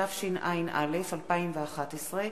התשע"א 2011,